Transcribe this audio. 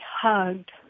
hugged